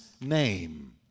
name